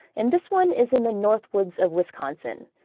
and this one is in the northwoods of wisconsin.